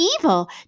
evil